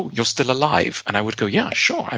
you're still alive. and i would go, yeah, sure,